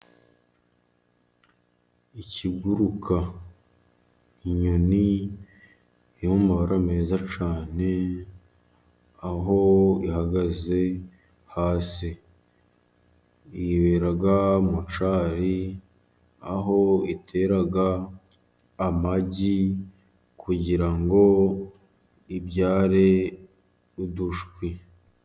Ikiguruka inyoni yo mu mabara meza cyane, aho ihagaze hasi yibera mu cyari ,aho itera amagi, kugira ngo ibyare udushwi.